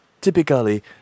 typically